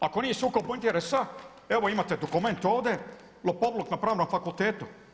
Ako nije sukob interesa, evo imate dokument ovdje lopovluk na Pravnom fakultetu.